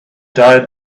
died